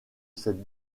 cette